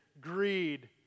greed